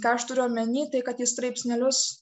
ką aš turiu omeny kad ji straipsnelius